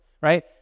right